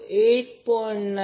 36 angle 13